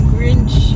Grinch